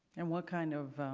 and what kind of